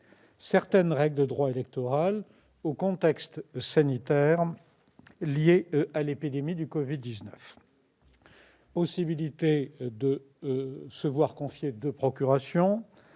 certaines règles de droit électoral au contexte sanitaire lié à l'épidémie du covid-19 : possibilité de se voir confier des procurations,